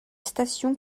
station